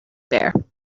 bear